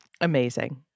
amazing